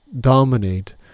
dominate